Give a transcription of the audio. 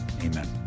Amen